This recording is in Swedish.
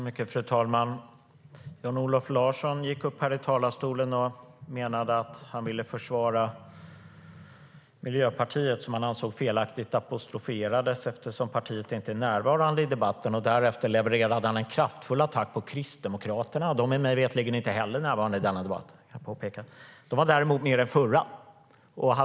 Fru talman! Jan-Olof Larsson gick upp här i talarstolen och menade att han ville försvara Miljöpartiet, som han ansåg felaktigt apostroferades eftersom partiet inte är närvarande i debatten. Därefter levererade han en kraftfull attack på Kristdemokraterna. De är mig veterligen inte heller närvarande i denna debatt, vill jag påpeka. De var däremot med i den förra.